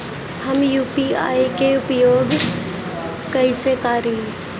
हम यू.पी.आई के उपयोग कइसे करी?